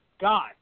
God